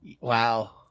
Wow